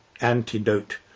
antidote